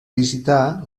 visitar